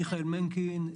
מיכאל מנקין,